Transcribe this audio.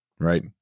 right